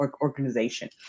organization